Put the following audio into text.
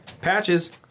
Patches